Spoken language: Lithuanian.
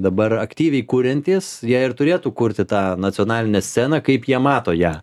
dabar aktyviai kuriantys jie ir turėtų kurti tą nacionalinę sceną kaip jie mato ją